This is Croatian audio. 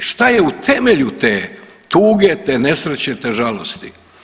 Šta je u temelju te tuge, te nesreće, te žalosti?